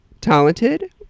talented